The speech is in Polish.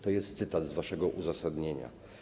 To jest cytat z waszego uzasadnienia.